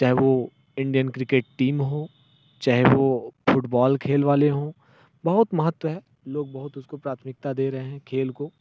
चाहे वो Indian cricket team हो चाहे वो फुटबॉल खेल वाले हों बहुत महत्व लोग बहुत उसको प्राथमिकता दे रहे हैं खेल को